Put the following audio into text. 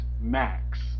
Max